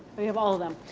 we have all of them.